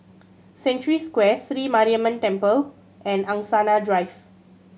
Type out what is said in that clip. Century Square Sri Mariamman Temple and Angsana Drive